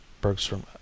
Bergstrom